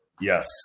Yes